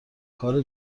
کار